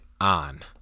on